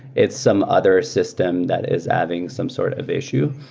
it's some other system that is having some sort of issue.